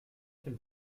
dem